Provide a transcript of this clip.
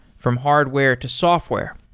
from hardware to software,